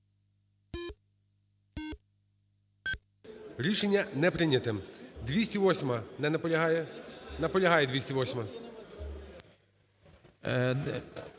Рішення не прийняте. 208-а. Не наполягає. Наполягає 208-а.